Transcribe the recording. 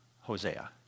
Hosea